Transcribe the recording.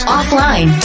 Offline